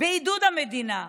בעידוד המדינה,